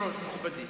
במקום 45 ימים.